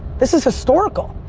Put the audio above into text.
this is historical.